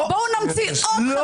בואו נלך לקנות עוד כנסת.